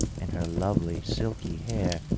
and her lovely, silky hair,